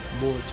more